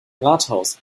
rathaus